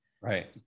Right